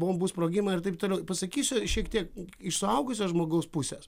bombų sprogimą ir taip toliau pasakysiu šiek tiek iš suaugusio žmogaus pusės